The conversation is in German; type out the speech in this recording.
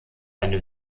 eine